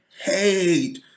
hate